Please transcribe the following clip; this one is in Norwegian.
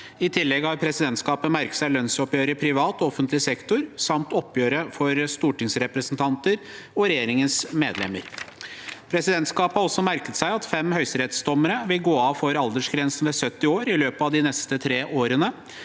I tillegg har presidentskapet merket seg lønnsoppgjøret i privat og offentlig sektor samt oppgjøret for stortingsrepresentanter og regjeringens medlemmer. Presidentskapet har også merket seg at fem høyesterettsdommere vil gå av for aldersgrensen ved 70 år i løpet av de neste tre årene.